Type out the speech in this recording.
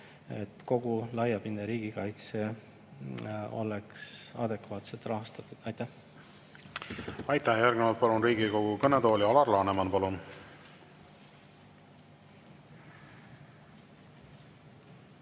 et kogu laiapindne riigikaitse oleks adekvaatselt rahastatud. Aitäh! Aitäh! Järgnevalt palun Riigikogu kõnetooli Alar Lanemani. Palun!